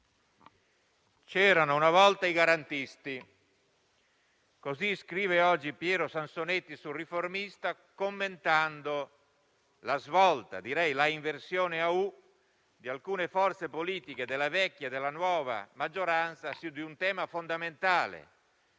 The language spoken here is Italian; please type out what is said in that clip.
«C'erano una volta i garantisti»: così scrive oggi Piero Sansonetti su «Il Riformista», commentando la svolta, direi l'inversione a U, di alcune forze politiche della vecchia e della nuova maggioranza, su un tema fondamentale